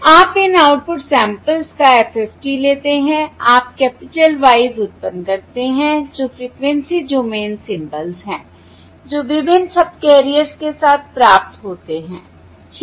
आप इन output samples का FFT लेते हैं आप कैपिटल Y s उत्पन्न करते हैं जो फ्रिकवेंसी डोमेन सिंबल्स हैं जो विभिन्न सबकैरियर्स के साथ प्राप्त होते हैं ठीक